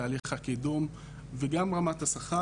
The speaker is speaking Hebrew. תהליך הקידום וגם רמת השכר.